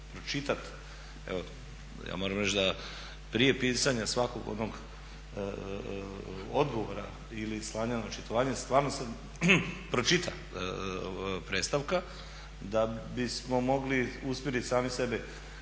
evo ja moram reći da prije pisanja svakog onog odgovora ili slanja na očitovanje stvarno se pročita predstavka da bismo mogli usmjerit sami sebe